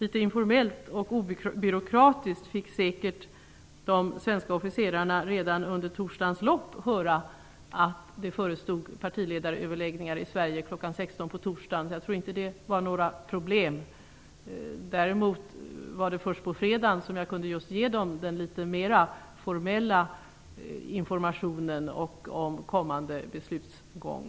De svenska officerarna fick säkert redan under torsdagens lopp litet informellt och obyråkratiskt höra att det förestod partiöverläggningar i Sverige kl. 16. Jag tror inte att det var något problem. Däremot kunde jag först på fredagen ge dem just den mera formella informationen om kommande beslutsgång.